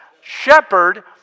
Shepherd